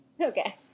Okay